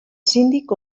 síndic